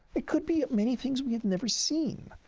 it could be many things we have never seen.